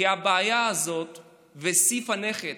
כי הבעיה הזאת וסעיף הנכד